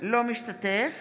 משתתף